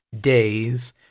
days